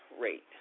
rate